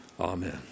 Amen